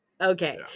Okay